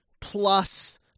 plus